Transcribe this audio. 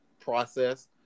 process